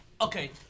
okay